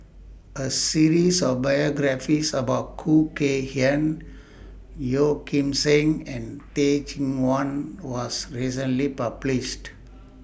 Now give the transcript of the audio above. A series of biographies about Khoo Kay Hian Yeo Kim Seng and Teh Cheang Wan was recently published